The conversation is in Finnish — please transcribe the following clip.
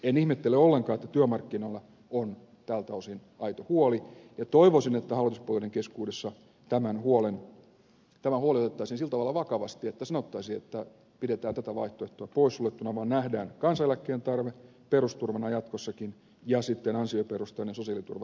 en ihmettele ollenkaan että työmarkkinoilla on tältä osin aito huoli ja toivoisin että hallituspuolueiden keskuudessa tämä huoli otettaisiin sillä tavalla vakavasti että sanottaisiin että pidetään tätä vaihtoehtoa poissuljettuna ja nähtäisiin kansaneläkkeen tarve perusturvana jatkossakin ja sitten ansioperusteinen sosiaaliturva työeläkkeen muodossa